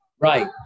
Right